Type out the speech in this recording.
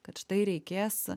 kad štai reikės